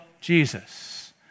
Jesus